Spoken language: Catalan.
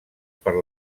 per